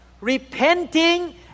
repenting